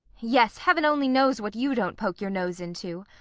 yes, heaven only knows what you don't poke your nose into.